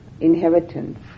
inheritance